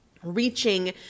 Reaching